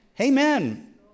Amen